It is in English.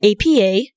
APA